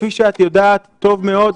כפי שאת יודעת טוב מאוד,